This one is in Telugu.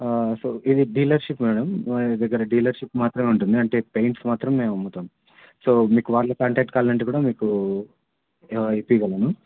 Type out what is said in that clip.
సో ఇది డీలర్షిప్ మేడం మా దగ్గర డీలర్షిప్ మాత్రమే ఉంటుంది అంటే పెయింట్స్ మాత్రం మేము అమ్ముతాం సో మీకు వాళ్ళ కాంటాక్ట్ కావాలంటే కూడా మీకు ఇప్పించగలం